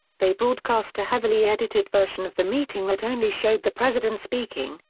they broadcast a heavily edited version of the meeting that only showed the president speaking,